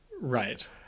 right